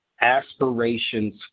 aspirations